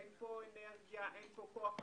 אין פה אנרגיה, אין פה כוח אדם.